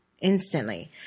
instantly